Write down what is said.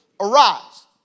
Arise